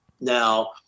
Now